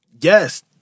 Yes